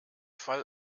fall